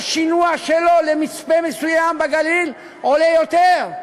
השינוע שלו למצפה מסוים בגליל עולה יותר,